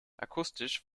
akustisch